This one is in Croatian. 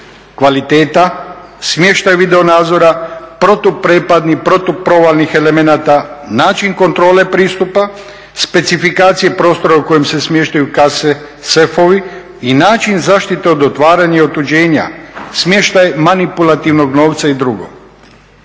kvaliteta, smještaj video-nadzora, protuprepadnih, protuprovalnih elemenat, način kontrole pristupa, specifikacije prostora u kojem se smještaju kase, sefovi i način zaštite od otvaranja i otuđenja, smještaj manipulativnog novca i drugo.